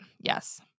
yes